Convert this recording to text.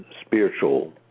spiritual